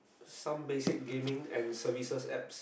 some basic gaming and services apps